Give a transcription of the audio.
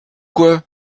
quoi